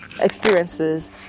experiences